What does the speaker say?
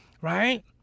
Right